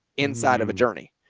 inside of a journey.